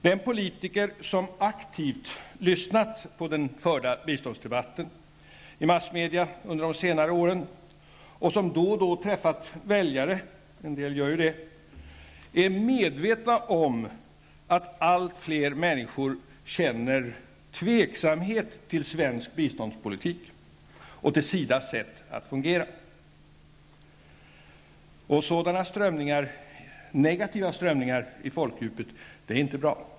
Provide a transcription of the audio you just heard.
Den politiker som aktivt lyssnat till den biståndsdebatt som förts i massmedia under de senare åren och som då och då träffat väljare -- en del gör ju det -- är medveten om att allt fler människor känner tveksamhet till svensk biståndspolitik och till SIDAs sätt att fungera. Sådana negativa strömningar i folkdjupet är inte bra.